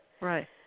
Right